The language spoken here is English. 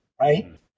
right